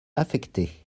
affectées